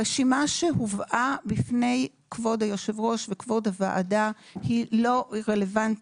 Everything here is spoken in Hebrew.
הרשימה שהובאה בפני כבוד היושב ראש וכבוד הוועדה לא רלוונטית,